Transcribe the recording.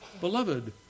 beloved